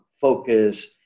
focus